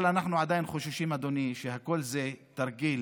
אבל אנחנו חוששים, אדוני, שכל זה תרגיל